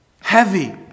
heavy